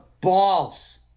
balls